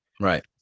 right